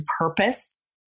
purpose